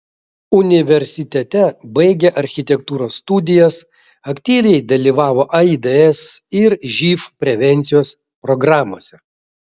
universitete baigė architektūros studijas aktyviai dalyvavo aids ir živ prevencijos programose